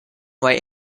white